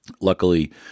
Luckily